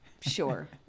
Sure